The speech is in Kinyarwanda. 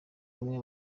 bamwe